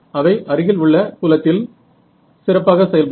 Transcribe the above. அவை அருகில் உள்ள புலத்தில் சிறப்பாக செயல்படும்